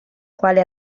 quale